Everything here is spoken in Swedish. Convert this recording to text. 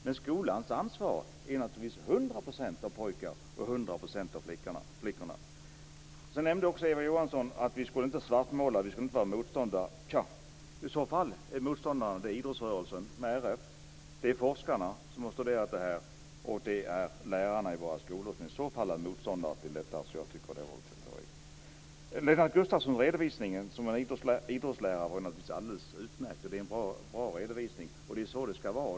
Men skolans ansvar är naturligtvis 100 % av pojkarna och Eva Johansson sade också att vi inte skulle svartmåla och inte vara motståndare. I så fall är det idrottsrörelsen med RF, forskarna som har studerat det här och lärarna i våra skolor som är motståndare till detta. Det tycker jag alltså var att ta i. Lennart Gustavssons redovisning som idrottslärare var naturligtvis alldeles utmärkt. Det var en bra redovisning, och det är så det ska vara.